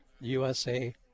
USA